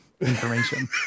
information